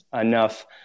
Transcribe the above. enough